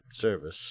service